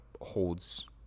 holds